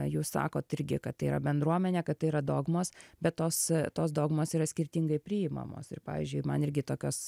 jūs sakot irgi kad tai yra bendruomenė kad tai yra dogmos bet tos tos dogmos yra skirtingai priimamos ir pavyzdžiui man irgi tokios